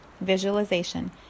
visualization